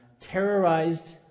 terrorized